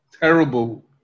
terrible